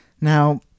Now